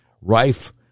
rife